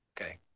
Okay